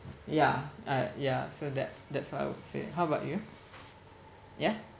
yeah uh yeah so that that's how I would say how about you yeah